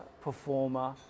performer